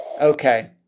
Okay